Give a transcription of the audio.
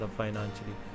financially